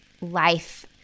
life